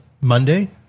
Monday